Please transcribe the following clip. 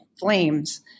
flames